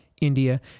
India